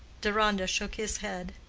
deronda shook his head.